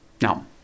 Now